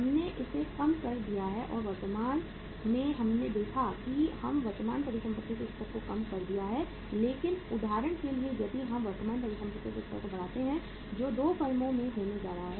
हमने इसे कम कर दिया है वर्तमान में हमने देखा है कि हमने वर्तमान परिसंपत्तियों के स्तर को कम कर दिया है लेकिन उदाहरण के लिए यदि हम वर्तमान परिसंपत्तियों के स्तर को बढ़ाते हैं जो 2 फर्मों में होने जा रहा है